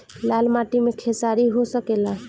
लाल माटी मे खेसारी हो सकेला?